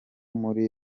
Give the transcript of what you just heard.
muri